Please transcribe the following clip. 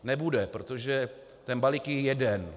Nebude, protože ten balík je jeden.